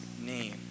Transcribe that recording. name